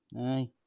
Aye